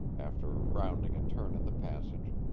after rounding a turn in the passage,